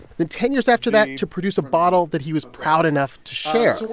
then ten years after that to produce a bottle that he was proud enough to share. so